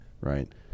Right